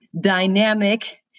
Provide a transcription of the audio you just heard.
dynamic